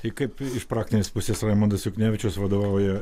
tai kaip iš praktinės pusės raimundas juknevičius vadovauja